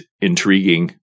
intriguing